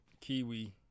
Kiwi